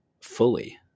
fully